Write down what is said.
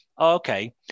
Okay